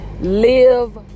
live